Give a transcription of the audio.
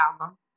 album